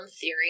theory